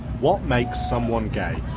what makes someone gay?